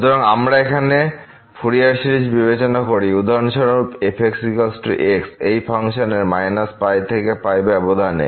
সুতরাং আমরা এখানে ফুরিয়ার সিরিজ বিবেচনা করি উদাহরণস্বরূপ f x এই ফাংশনের π π ব্যবধান এ